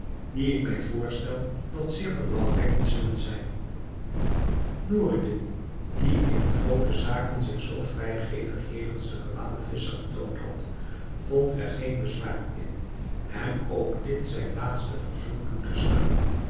die ik mij voorstel dat zeer belangwekkend zullen zijn noureddin die in grootere zaken zich zoo vrijgevig jegens den gewaanden visscher betoond had vond er geen bezwaar in hem ook dit zijn laatste verzoek toe te staan